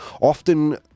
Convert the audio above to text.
often